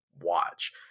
watch